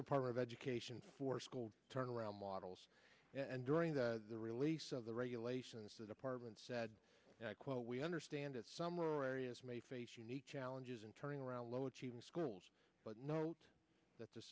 department of education for school turnaround models and during the the release of the regulations the department said and i quote we understand that somewhere areas may face unique challenges in turning around low achieving schools but note that the